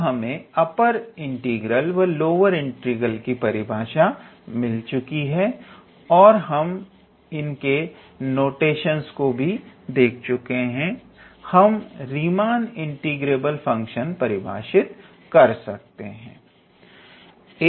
अब जब हमें अपर इंटीग्रल व लोअर इंटीग्रल की परिभाषा मिल चुकी है और हम इनके नोटेशन भी दे चुके हैं हम रीमान इंटीग्रेबल फंक्शन परिभाषित कर सकते हैं